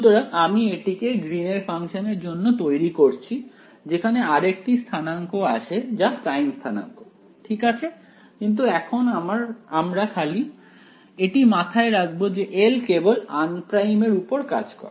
সুতরাং আমি এটিকে গ্রীন এর ফাংশনের জন্য তৈরি করছি যেখানে আরেকটি স্থানাঙ্ক আসে যা প্রাইম স্থানাঙ্ক ঠিক আছে কিন্তু এখন আমরা খালি এটি মাথায় রাখবো যে L কেবল আনপ্রাইম এর উপর কাজ করে